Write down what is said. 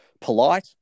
polite